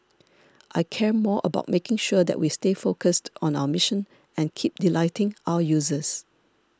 I care more about making sure that we stay focused on our mission and keep delighting our users